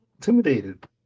intimidated